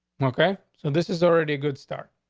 okay, so this is already a good start.